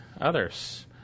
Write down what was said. others